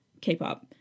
K-pop